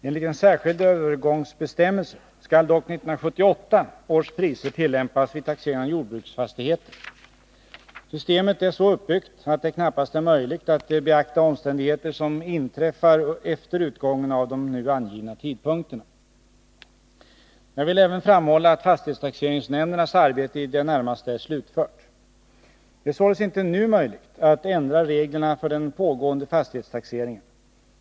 Enligt en särskild övergångsbestämmelse skall dock 1978 års priser tillämpas vid taxeringen av jordbruksfastigheter. Systemet är så uppbyggt att det knappast är möjligt att beakta omständigheter som inträffar efter utgången av de nu angivna tidpunkterna. Jag vill även framhålla att fastighetstaxeringsnämndernas arbete i det närmaste är slutfört. Det är således inte nu möjligt att ändra reglerna för den pågående fastighetstaxeringen.